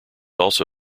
also